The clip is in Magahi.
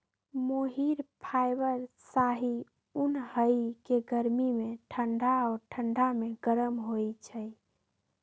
मोहिर फाइबर शाहि उन हइ के गर्मी में ठण्डा आऽ ठण्डा में गरम होइ छइ